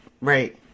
right